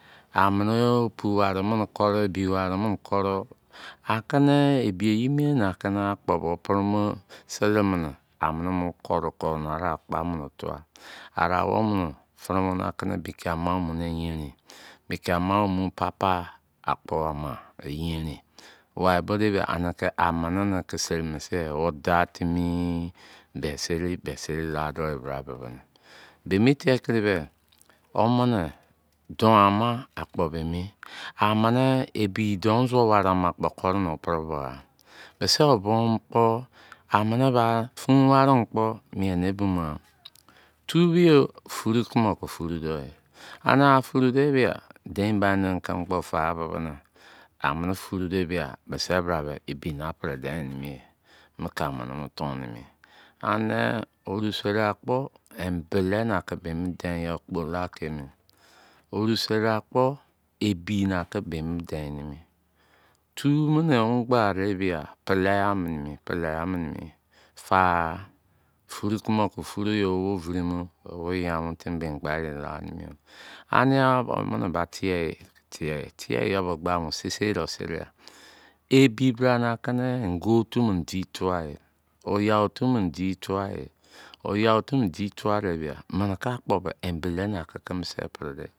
Am ne yo opu ware mene koro ebi ware mene koro a ke ne ebi ye mien na ena akpo bo pre mo sele mune amene mo koro kon ware gba mu tuwa kala awobo no ne komu beke ama mu ke yerin beke ama mu pai-pai akpo am yerin wi bo de ba aneke amene ne ke seri mo se wo da timi be seri be seri la do bra ke be se ne tekiri me omene don ama kpo bo emi amene ebi don zuwu ware am kpo korone pre bo ai mise yo pom bo fun ware me kpo mie no ne ebi an, tu be yo furu kru ke furu de aner fru da bia dein bi ne keme kpo fa bo ne amene fru de bia mise bra ebi na pre den mi mu ka mene mo tun mene ye oru sare akpo embele a ka me den yo kpo kpo la ke emi oru sare akpo ebi na ke ne beni den mi. Tu mene omo gbade bia pele yan mene pele yan mene fa kumu ke furu ye me ovirimu wo ya tin gbade la an yan omene bi te ta ta yo gba mo sei sei de serai ebi bra na ke ne ingor otu modi tuwa oyah otu mo di tuwa de bia mene ka kpo embele nana kekeme se pre de